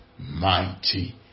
mighty